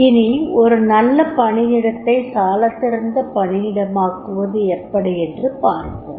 இனி ஒரு நல்ல பணியிடத்தை சாலச்சிறந்த பணியிடமாக்குவது எப்படியென்று பார்ப்போம்